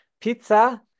Pizza